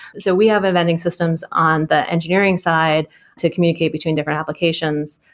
so we have eventing systems on the engineering side to communicate between different applications.